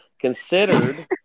Considered